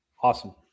Awesome